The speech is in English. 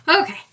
Okay